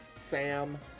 Sam